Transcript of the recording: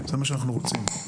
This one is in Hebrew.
זה מה שאנחנו רוצים.